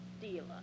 dealer